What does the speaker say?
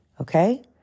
Okay